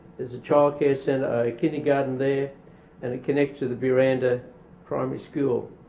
there's a childcare centre, a kindergarten there and a connect to the buranda primary school.